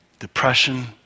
depression